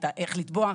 איך לתבוע.